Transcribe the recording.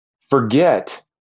forget